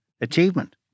achievement